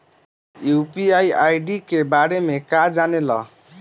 UPI ID के बारे में का जाने ल?